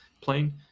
plane